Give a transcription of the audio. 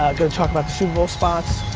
gotta talk about the super bowl spots.